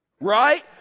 right